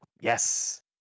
yes